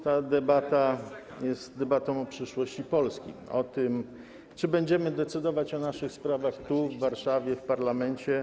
Ta debata jest debatą o przyszłości Polski, o tym, czy będziemy decydować o naszych sprawach tu, w Warszawie, w parlamencie.